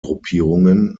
gruppierungen